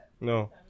No